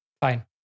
Fine